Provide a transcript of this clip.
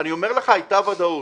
אני אומר לך שהייתה ודאות.